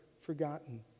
forgotten